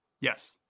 Yes